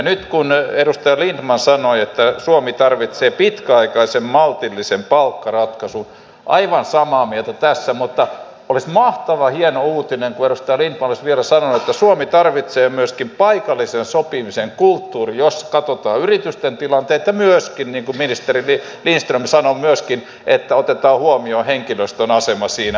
nyt kun edustaja lindtman sanoi että suomi tarvitsee pitkäaikaisen maltillisen palkkaratkaisun olen aivan samaa mieltä tässä mutta olisi mahtavan hieno uutinen kun edustaja lindtman olisi vielä sanonut että suomi tarvitsee myöskin paikallisen sopimisen kulttuurin jossa katsotaan yritysten tilanteet ja myöskin niin kuin ministeri lindström sanoi myöskin että otetaan huomioon henkilöstön asema siinä